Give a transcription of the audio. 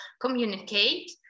communicate